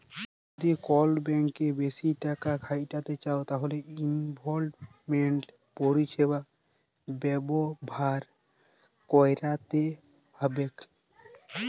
যদি কল ব্যাংকে বেশি টাকা খ্যাটাইতে চাউ তাইলে ইলভেস্টমেল্ট পরিছেবা ব্যাভার ক্যইরতে হ্যবেক